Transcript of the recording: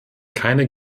keine